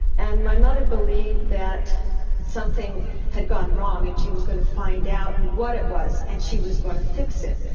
and my mother believed that something had gone wrong, and she was gonna find out what it was, and she was gonna fix it.